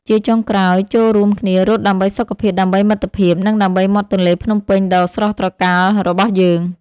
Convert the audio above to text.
ជាចុងក្រោយ ចូររួមគ្នារត់ដើម្បីសុខភាព ដើម្បីមិត្តភាព និងដើម្បីមាត់ទន្លេភ្នំពេញដ៏ស្រស់ត្រកាលរបស់យើង។